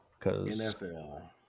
NFL